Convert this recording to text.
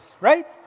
right